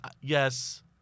yes